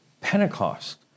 Pentecost